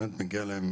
באמת מגיע להם